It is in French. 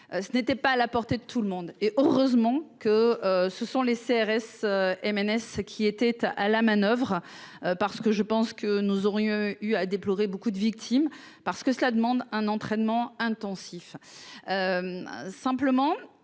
ce n'était pas à la portée de tout le monde, et heureusement que ce sont les CRS MNS qui était à la manoeuvre, parce que je pense que nous aurions eu à déplorer beaucoup de victimes, parce que cela demande un entraînement intensif, simplement